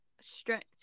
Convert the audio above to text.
strict